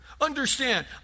Understand